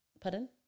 Pardon